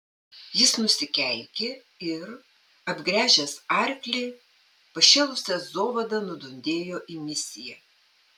jis nusikeikė ir apgręžęs arklį pašėlusia zovada nudundėjo į misiją